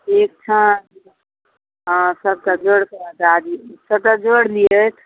ठीक छनि हँ सबटा जोड़िके बता दी सबटा जोड़ि लिहथि